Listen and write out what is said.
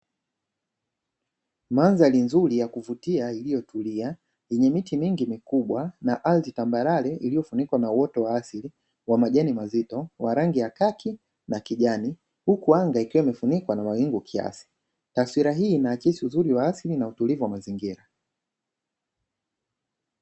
Mandhari nzuri ya kuvutia iliyotulia yenye miti mingi mikubwa na ardhi tambarare iliyofunikwa na uoto wa asili wa majani mazito wa rangi ya khaki na kijani, huku anga ikiwa imefunikwa na mawingu kiasi. Taswira hii inaakisi uzuri wa asili na utulivu wa mazingira.